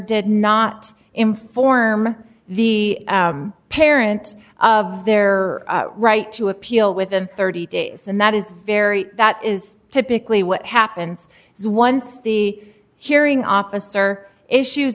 did not inform the parent of their right to appeal within thirty days and that is very that is typically what happens is once the hearing officer issues